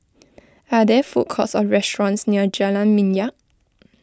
are there food courts or restaurants near Jalan Minyak